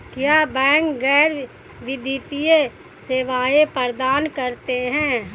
क्या बैंक गैर वित्तीय सेवाएं प्रदान करते हैं?